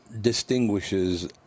distinguishes